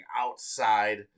outside